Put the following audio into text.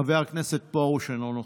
חבר הכנסת פרוש, אינו נוכח.